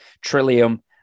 Trillium